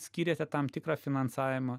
skyrėte tam tikrą finansavimą